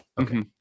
Okay